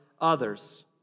others